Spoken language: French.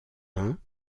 mains